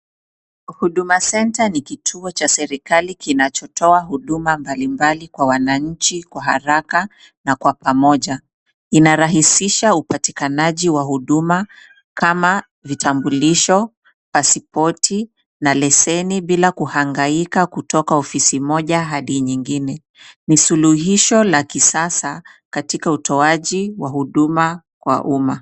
Huduma Center ni kituo cha serikali kinachotoa huduma mbalimbali kwa wananchi, kwa haraka, na kwa pamoja. Ina rahisisha upatikanaji wa huduma, kama vitambulisho, pasipoti, na leseni bila kuhangaika kutoka ofisi moja hadi nyingine. Ni suluhisho la kisasa katika utoaji wa huduma kwa umma.